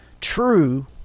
true